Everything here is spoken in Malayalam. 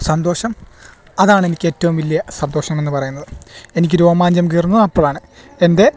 സന്തോഷം അതാണെനിക്കേറ്റവും വലിയ സന്തോഷമെന്ന് പറയുന്നത് എനിക്ക് രോമാഞ്ചം കയറുന്നു അപ്പോഴാണ് എൻ്റെ